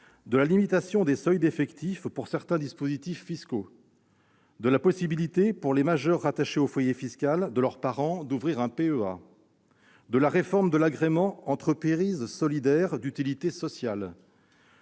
à la limitation des seuils d'effectif pour certains dispositifs fiscaux, à la possibilité, pour les majeurs rattachés au foyer fiscal de leurs parents, d'ouvrir un plan d'épargne en actions, un PEA, à la réforme de l'agrément Entreprise solidaire d'utilité sociale,